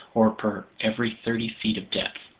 or per every thirty feet of depth.